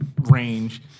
range